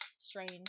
strange